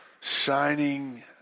shining